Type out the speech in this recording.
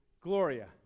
Gloria